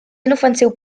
inofensiu